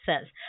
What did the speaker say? says